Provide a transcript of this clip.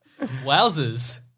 Wowzers